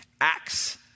Acts